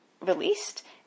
released